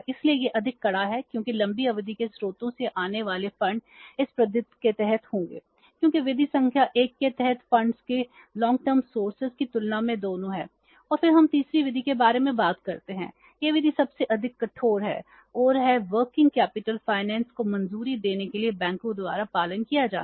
इसलिए यह अधिक कड़ा है क्योंकि लंबी अवधि के स्रोतों से आने वाले फंड इस पद्धति के तहत होंगे क्योंकि विधि संख्या 1 के तहत फंड्स के दीर्घकालिक स्रोतों को मंजूरी देने के लिए बैंकों द्वारा पालन किया जाना